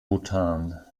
bhutan